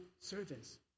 servants